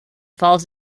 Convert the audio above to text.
falls